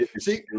See